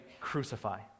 crucify